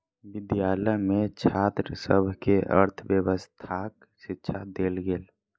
विद्यालय में छात्र सभ के अर्थव्यवस्थाक शिक्षा देल गेल